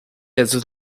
his